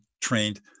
trained